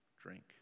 drink